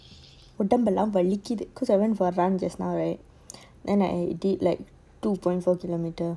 உடம்பெல்லாம்வலிக்குது:udambellam valikuthu cause I went for a run just now right then I did like two point four K_M